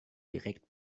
direkt